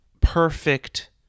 perfect